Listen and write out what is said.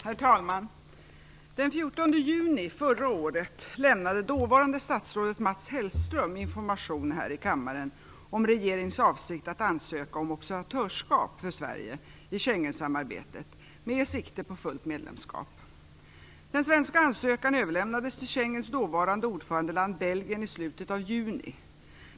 Herr talman! Den 14 juni förra året lämnade dåvarande statsrådet Mats Hellström information här i kammaren om regeringens avsikt att ansöka om observatörskap för Sverige i Schengensamarbetet med sikte på fullt medlemskap. Den svenska ansökan överlämnades till Schengensamarbetets dåvarande ordförandeland Belgien i slutet av juni.